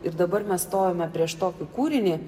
ir dabar mes stojome prieš tokį kūrinį